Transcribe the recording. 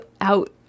out